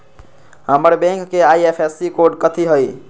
हमर बैंक के IFSC code कथि हई?